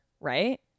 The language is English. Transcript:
right